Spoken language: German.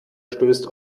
stößt